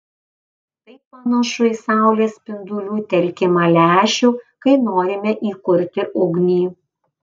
tai panašu į saulės spindulių telkimą lęšiu kai norime įkurti ugnį